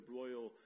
royal